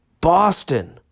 Boston